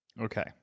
Okay